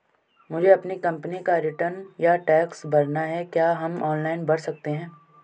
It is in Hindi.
मुझे अपनी कंपनी का रिटर्न या टैक्स भरना है क्या हम ऑनलाइन भर सकते हैं?